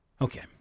Okay